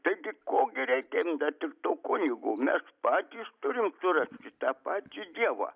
taigi ko gi reikia net ir to kunigo mes patys turim surast į tą patį dievą